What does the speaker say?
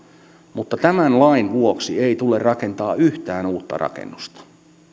mutta tämän lain vuoksi ei tule rakentaa yhtään uutta rakennusta